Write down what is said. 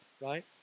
right